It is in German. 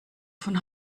von